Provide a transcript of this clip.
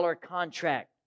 contract